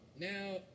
Now